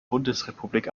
bundesrepublik